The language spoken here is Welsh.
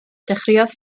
dechreuodd